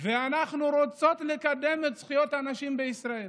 ואנחנו רוצות לקדם את זכויות הנשים בישראל.